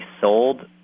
sold